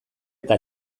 eta